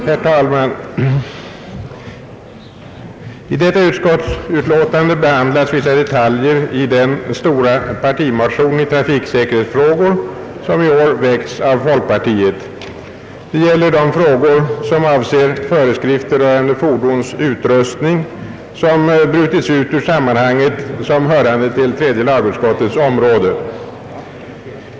Herr talman! I detta utskottsutlåtande behandlas vissa detaljer i den stora partimotion i trafiksäkerhetsfrågor som i år väckts av folkpartiet. Det gäller de frågor, avseende föreskrifter rörande fordons utrustning, som brutits ut ur sammanhanget såsom hörande till tredje lagutskottets område.